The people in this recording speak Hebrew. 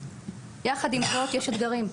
יחד עם זאת, יש אתגרים.